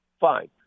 Fine